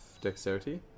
Dexterity